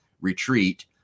retreat